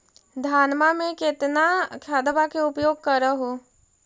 धानमा मे कितना खदबा के उपयोग कर हू?